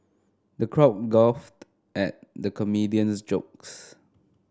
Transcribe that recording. the crowd guffawed at the comedian's jokes